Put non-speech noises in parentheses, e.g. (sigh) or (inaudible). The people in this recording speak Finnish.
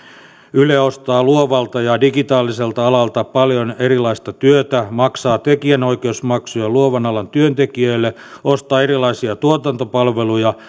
yle ostaa luovalta ja digitaaliselta alalta paljon erilaista työtä maksaa tekijänoikeusmaksuja luovan alan työntekijöille ostaa erilaisia tuotantopalveluja (unintelligible)